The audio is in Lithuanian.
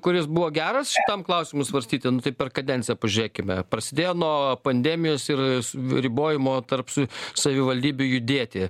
kuris buvo geras šitam klausimui svarstyti nu tai per kadenciją pažiūrėkime prasidėjo nuo pandemijos ir s ribojimo tarp su savivaldybių judėti